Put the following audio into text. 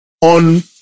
on